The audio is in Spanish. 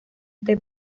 este